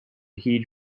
heed